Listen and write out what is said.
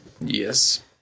Yes